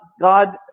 God